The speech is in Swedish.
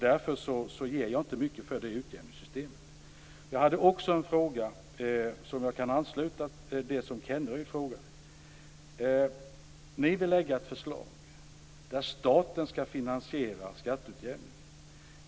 Därför ger jag inte mycket för det utjämningssystemet. Jag har en fråga som kan ansluta till det Kenneryd frågade om. Centern vill lägga fram ett förslag där staten skall finansiera skatteutjämningen.